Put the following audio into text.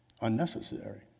unnecessary